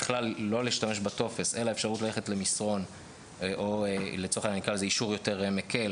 לא להשתמש בטופס אלא להשתמש במסרון או באישור מקל